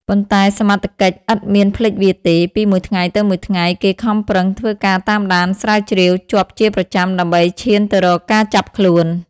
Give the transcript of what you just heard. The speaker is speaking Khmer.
ប៉ុន្តែសមត្ថកិច្ចឥតមានភ្លេចវាទេ ពីមួយថ្ងៃទៅមួយថ្ងៃ គេខំប្រឹងធ្វើការតាមដានស្រាវជ្រាវជាប់ជាប្រចាំដើម្បីឈានទៅរកការចាប់ខ្លួន ។